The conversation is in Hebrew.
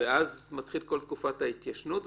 ואז מתחילה כל תקופת ההתיישנות,